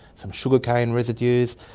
some sugarcane residues,